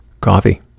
Coffee